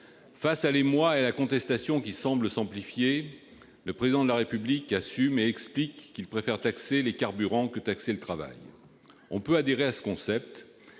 Face à l'émoi et à la contestation qui semble s'amplifier, le Président de la République assume et explique qu'il préfère taxer les carburants plutôt que le travail. On peut adhérer à ce concept,